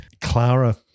Clara